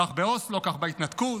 כך באוסלו, כך בהתנתקות.